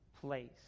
place